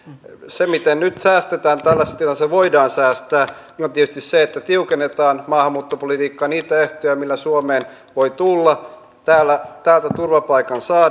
se miten nyt tällaisessa tilanteessa voidaan säästää on tietysti se että tiukennetaan maahanmuuttopolitiikkaa niitä ehtoja millä suomeen voi tulla täältä turvapaikan saada